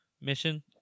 Mission